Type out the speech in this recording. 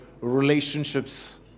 relationships